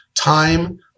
Time